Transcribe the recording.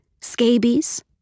scabies